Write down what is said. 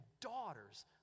daughters